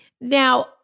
Now